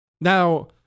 Now